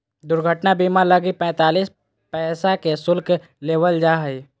दुर्घटना बीमा लगी पैंतीस पैसा के शुल्क लेबल जा हइ